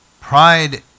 pride